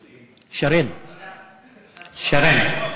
שרן, שרן.